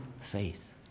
faith